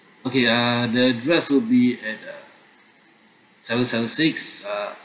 okay uh the address will be at uh seven seven six uh